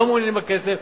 לא מעוניינים בכסף.